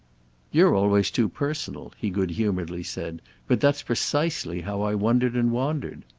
you're always too personal, he good-humouredly said but that's precisely how i wondered and wandered.